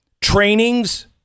trainings